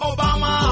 Obama